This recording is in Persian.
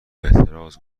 اعتراض